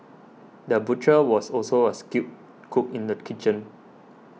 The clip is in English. the butcher was also a skilled cook in the kitchen